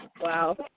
Wow